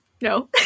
No